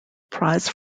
prize